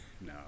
No